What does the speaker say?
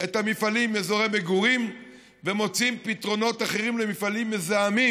את המפעלים מאזורי מגורים ומוצאים פתרונות אחרים למפעלים מזהמים.